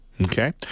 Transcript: Okay